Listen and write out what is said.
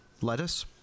lettuce